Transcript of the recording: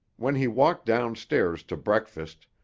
when he walked downstairs to breakfast,